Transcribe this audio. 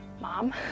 Mom